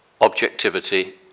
objectivity